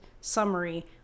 summary